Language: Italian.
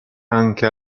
anche